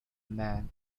man